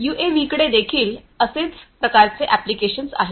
यूएव्हीकडे देखील असेच प्रकारचे एप्लीकेशन आहेत